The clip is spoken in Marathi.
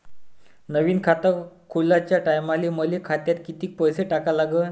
नवीन खात खोलाच्या टायमाले मले खात्यात कितीक पैसे टाका लागन?